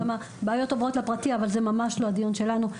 גם הבעיות עוברות לפרטי אבל זה ממש לא הדיון שלנו.